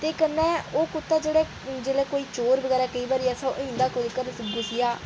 ते कन्नै ओह् कुत्ता जेल्लै कोई चोर बगैरा केईं बारी ऐसा होई जा तां